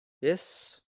Yes